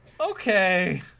Okay